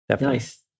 Nice